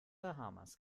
bahamas